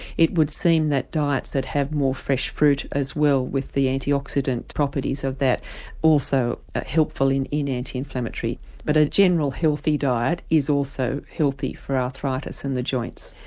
it would seem that diets that have more fresh fruit as well with the anti-oxidant properties of that also are ah helpful in in anti-inflammatory but a general healthy diet is also healthy for arthritis in the joints.